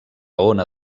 ona